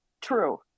true